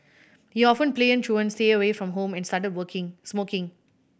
he often played truant stayed away from home and started working smoking